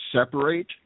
separate